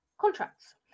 contracts